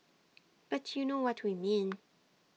but you know what we mean